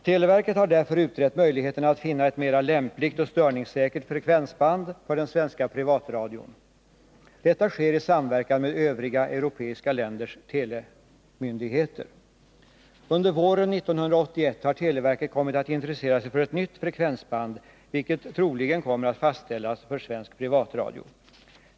Televerket har därför utrett möjligheterna att finna ett mera lämpligt och störningssäkert frekvensband för den svenska privatradion. Detta sker i samverkan med övriga europeiska länders telemyndigheter. Under våren 1981 har televerket kommit att intressera sig för ett nytt frekvensband, vilket troligen kommer att fastställas för svensk privatradio.